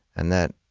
and that